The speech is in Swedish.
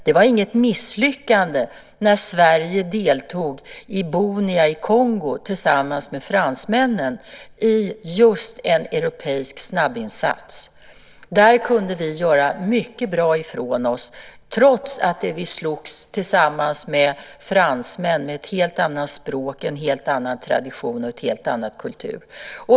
Det var inget misslyckande när Sverige tillsammans med fransmännen deltog i Bunia i Kongo just i en europeisk snabbinsats. Där kunde vi göra mycket bra ifrån oss, trots att vi slogs tillsammans med fransmän som har ett helt annat språk, en helt annan tradition och en helt annan kultur.